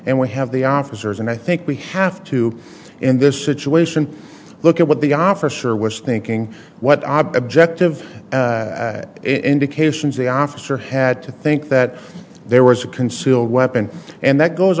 and we have the officers and i think we have to in this situation look at what the officer was thinking what object of indications the officer had to think that there was a concealed weapon and that goes